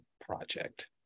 project